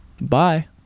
Bye